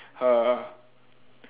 her